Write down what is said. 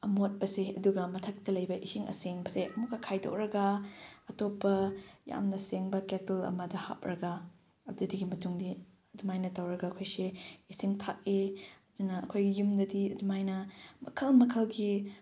ꯑꯃꯣꯠꯄꯁꯦ ꯑꯗꯨꯒ ꯃꯊꯛꯇ ꯂꯩꯕ ꯏꯁꯤꯡ ꯑꯁꯦꯡꯕꯁꯦ ꯑꯃꯨꯛꯀ ꯈꯥꯏꯗꯣꯛꯂꯒ ꯑꯇꯣꯞꯄ ꯌꯥꯝꯅ ꯁꯦꯡꯕ ꯀꯦꯇꯜ ꯑꯃꯗ ꯍꯥꯞꯂꯒ ꯑꯗꯨꯗꯨꯒꯤ ꯃꯇꯨꯡꯗꯤ ꯑꯗꯨꯃꯥꯏꯅ ꯇꯧꯔꯒ ꯑꯩꯈꯣꯏꯁꯦ ꯏꯁꯤꯡ ꯊꯛꯏ ꯑꯗꯨꯅ ꯑꯩꯈꯣꯏ ꯌꯨꯝꯗꯗꯤ ꯑꯗꯨꯃꯥꯏꯅ ꯃꯈꯜ ꯃꯈꯜꯒꯤ